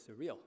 surreal